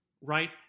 Right